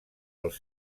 els